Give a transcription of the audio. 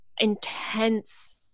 intense